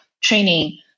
training